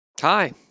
Hi